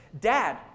Dad